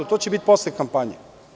To će biti posle kampanje.